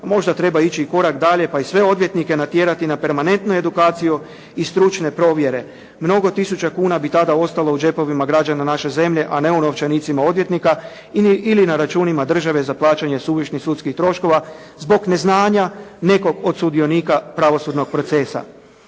možda treba ići i korak dalje pa i sve odvjetnike natjerati na permanentnu edukaciju i stručne provjere. Mnogo tisuća kuna bi tada ostalo u džepovima građana naše zemlje a ne u novčanicima odvjetnika ili na računima države za plaćanje suvišnih sudskih troškova zbog neznanja nekog od sudionika pravosudnog procesa.